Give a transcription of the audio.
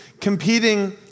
competing